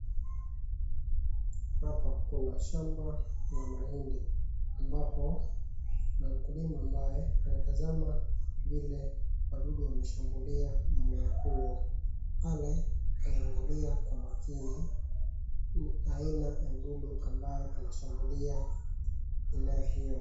Hapa kuna shamba la mahindi. Ambapo kuna mkulima ambaye anatazama vile wadudu wameshambulia mmea huo. Pale anangalia kwa makini aina ya dudu ambaye anashambulia mimea hiyo.